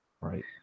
right